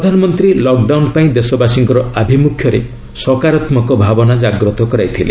ପ୍ରଧାନମନ୍ତ୍ରୀ ଲକ୍ଡାଉନ୍ ପାଇଁ ଦେଶବାସୀଙ୍କର ଆଭିମୁଖ୍ୟରେ ସକାରାତ୍ମକ ଭାବନା ଜାଗ୍ରତ କରାଇଥିଲେ